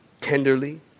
tenderly